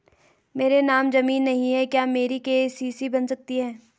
मेरे नाम ज़मीन नहीं है क्या मेरी के.सी.सी बन सकती है?